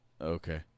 Okay